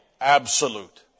absolute